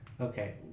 Okay